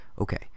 Okay